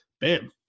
bam